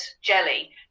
jelly